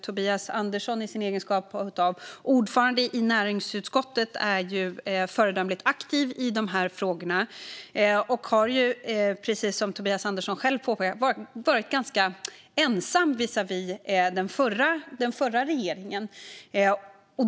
Tobias Andersson är ju, i egenskap av ordförande i näringsutskottet, föredömligt aktiv i dessa frågor och har, precis som han själv påpekade, varit ganska ensam visavi den förra regeringen.